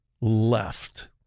left